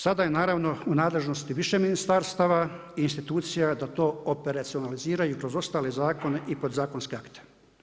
Sada je u nadležnosti više ministarstava i institucija da to operacionaliziraju kroz ostale zakone i podzakonske akte.